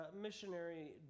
missionary